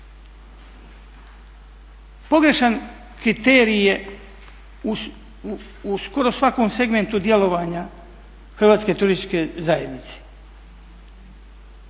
Pogrešan kriterij je u skoro svakom segmentu djelovanja Hrvatske turističke zajednice.